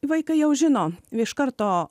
vaikai jau žino iš karto